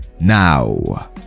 now